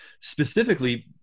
Specifically